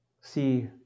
See